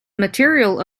material